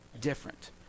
different